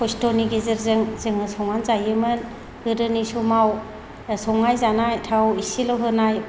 खस्थ'नि गेजेरजों जोङो संनानै जायोमोन गोदोनि समाव संनाय जानाय थाव एसेल' होनाय